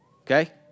Okay